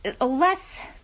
less